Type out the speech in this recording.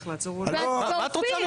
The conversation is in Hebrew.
מה את רוצה ממנו?